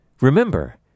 remember